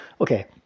Okay